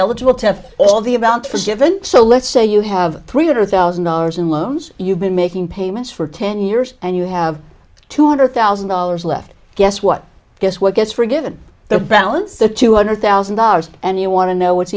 eligible to have all the about forgiven so let's say you have three hundred thousand dollars in loans you've been making payments for ten years and you have two hundred thousand dollars left guess what guess what guess forgiven the balance the two hundred thousand dollars and you want to know what's